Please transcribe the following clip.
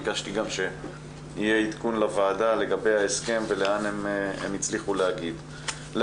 ביקשתי גם שיהיה עדכון לוועדה לגבי ההסכם ולאן הם הצליחו להגיע.